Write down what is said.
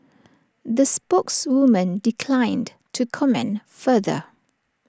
the spokeswoman declined to comment further